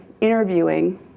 interviewing